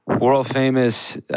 world-famous